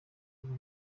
kuva